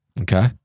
Okay